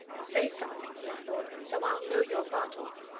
say something, he implored, so i'll know you're bartol.